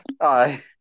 Aye